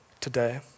today